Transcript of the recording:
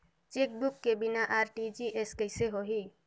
Chequebook के बिना RTGS कइसे होही?